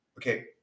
okay